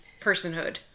personhood